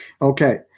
Okay